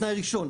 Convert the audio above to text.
תנאי ראשון,